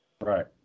right